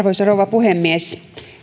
puhemies työelämä